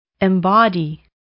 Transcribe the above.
Embody